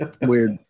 weird